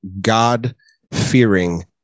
God-fearing